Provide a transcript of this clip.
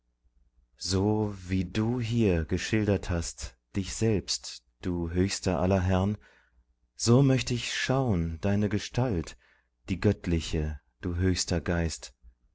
so wie du hier geschildert hast dich selbst du höchster aller herrn so möcht ich schaun deine gestalt die göttliche du höchster geist